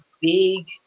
big